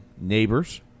Neighbors